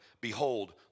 Behold